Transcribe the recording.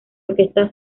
orquesta